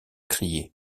crié